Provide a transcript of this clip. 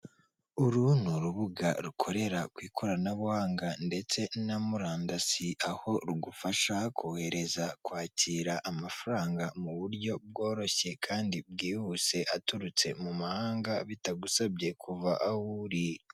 Uru ni urubuga rukorera ku ikoranabuhanga ndetse na murandasi, aho rugufasha kohereza, kwakira amafaranga mu buryo bworoshye kandi bwihuse, aturutse mu mahanga bitagusabye kuva aho uri.